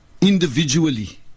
individually